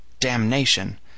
Damnation